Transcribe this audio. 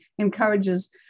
encourages